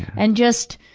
and just,